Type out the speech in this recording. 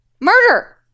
Murder